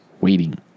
waiting